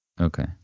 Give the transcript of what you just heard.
Okay